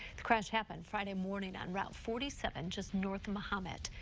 the crash happened friday morning on route forty seven just north of mahomet.